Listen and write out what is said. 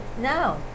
No